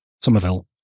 Somerville